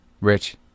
Rich